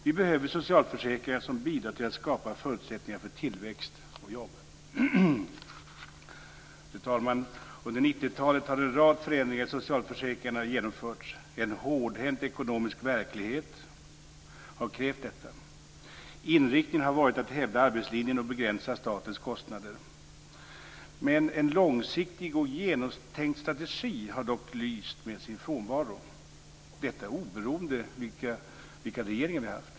Vi behöver socialförsäkringar som bidrar till att skapa förutsättningar för tillväxt och jobb. Fru talman! Under 90-talet har en rad förändringar i socialförsäkringarna genomförts. En hårdhänt ekonomisk verklighet har krävt detta. Inriktningen har varit att hävda arbetslinjen och begränsa statens kostnader. Men en långsiktig och genomtänkt strategi har dock lyst med sin frånvaro, detta oberoende av vilka regeringar vi har haft.